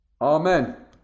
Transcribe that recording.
Amen